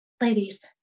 Ladies